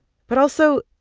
but also,